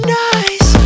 nice